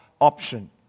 option